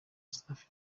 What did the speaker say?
safi